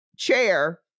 chair